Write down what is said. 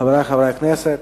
חברי חברי הכנסת,